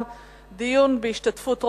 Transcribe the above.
דין רציפות על הצעת חוק החשמל (תיקון מס' 4)